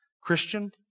Christian